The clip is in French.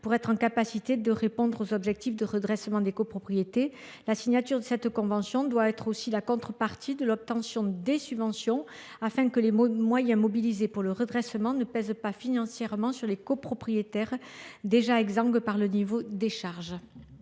et être ainsi en mesure de répondre aux objectifs de redressement des copropriétés. La signature de cette convention doit être aussi la contrepartie de l’obtention des subventions, afin que les moyens mobilisés pour le redressement ne pèsent pas financièrement sur les copropriétaires, déjà exsangues en raison du niveau des charges.